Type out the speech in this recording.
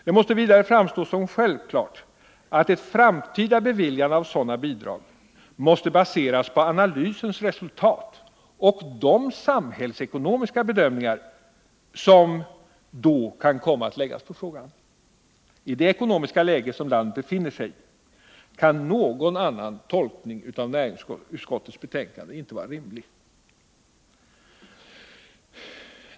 Det måste vidare framstå som självklart att ett framtida beviljande av sådana bidrag måste baseras på analysens resultat och de samhällsekonomiska bedömningar som då kan komma att göras. I det ekonomiska läge som landet befinner sig i kan någon annan tolkning av näringsutskottets betänkande inte vara rimlig.